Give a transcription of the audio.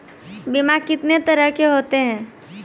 बीमा कितने तरह के होते हैं?